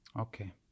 Okay